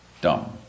dumb